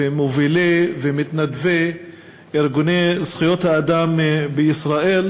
מובילי ומתנדבי ארגוני זכויות האדם בישראל,